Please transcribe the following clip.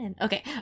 okay